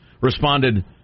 responded